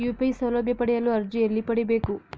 UPI ಸೌಲಭ್ಯ ಪಡೆಯಲು ಅರ್ಜಿ ಎಲ್ಲಿ ಪಡಿಬೇಕು?